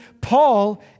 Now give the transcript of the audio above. Paul